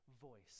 voice